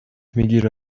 میگیره